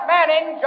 Manning